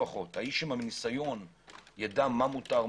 האיש עם הניסיון יידע מה מותר,